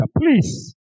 Please